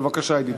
בבקשה, ידידי.